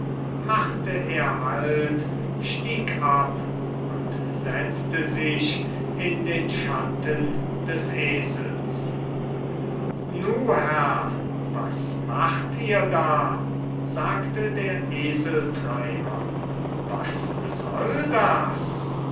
machte er halt stieg ab und setzte sich in den schatten des esels nu herr was macht ihr da sagte der eseltreiber was soll das